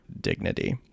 Dignity